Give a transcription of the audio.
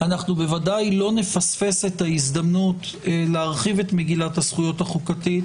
ודאי לא נפספס את ההזדמנות להרחיב את מגילת הזכויות החוקתית